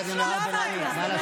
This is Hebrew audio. די,